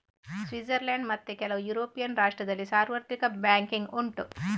Switzerland ಮತ್ತೆ ಕೆಲವು European ರಾಷ್ಟ್ರದಲ್ಲಿ ಸಾರ್ವತ್ರಿಕ ಬ್ಯಾಂಕಿಂಗ್ ಉಂಟು